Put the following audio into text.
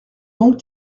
donc